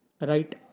Right